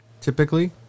typically